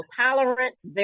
tolerance